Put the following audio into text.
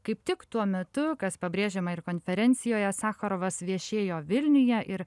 kaip tik tuo metu kas pabrėžiama ir konferencijoje sacharovas viešėjo vilniuje ir